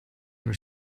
your